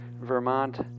Vermont